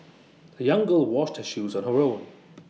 the young girl washed her shoes on her own